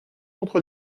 contre